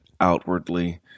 outwardly